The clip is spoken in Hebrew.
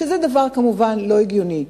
שזה כמובן דבר לא הגיוני,